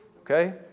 Okay